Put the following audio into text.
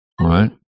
right